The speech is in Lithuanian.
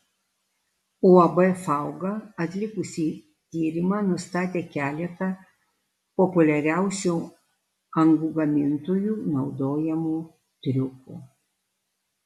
uab fauga atlikusi tyrimą nustatė keletą populiariausių angų gamintojų naudojamų triukų